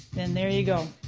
then there you go.